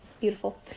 Beautiful